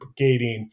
brigading